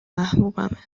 محبوبمه